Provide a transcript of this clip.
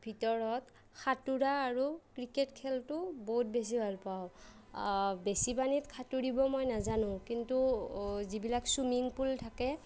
ভিতৰত সাঁতোৰা আৰু ক্ৰিকেট খেলটো বহুত বেছি ভাল পাওঁ বেছি পানীত সাঁতুৰিব মই নাজানো কিন্তু যিবিলাক চুইমিং পুল থাকে